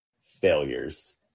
failures